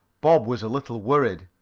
bob was a little worried.